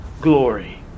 glory